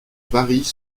paris